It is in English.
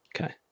Okay